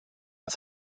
als